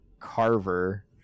carver